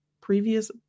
previous